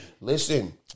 Listen